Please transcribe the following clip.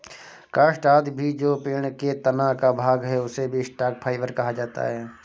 काष्ठ आदि भी जो पेड़ के तना का भाग है, उसे भी स्टॉक फाइवर कहा जाता है